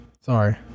Sorry